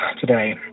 today